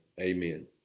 amen